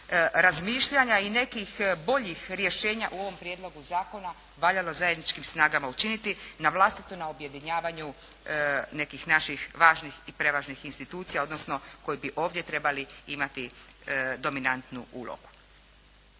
razmišljanja i nekih boljih rješenja u ovom prijedlogu zakona valjalo zajedničkim snagama učiniti na vlastitom objedinjavanju nekih naših važnih i prevažnih institucija, odnosno koji bi ovdje trebali imati dominantnu ulogu.